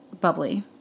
bubbly